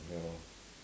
ya lor